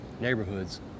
neighborhoods